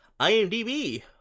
IMDb